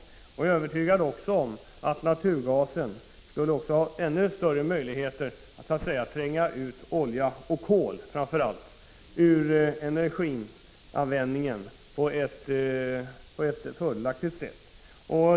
Jag är också övertygad om att naturgasen skulle ha större möjligheter att tränga ut olja och framför allt kol från energianvändningen på ett fördelaktigt sätt.